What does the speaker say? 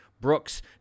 Brooks